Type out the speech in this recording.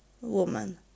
woman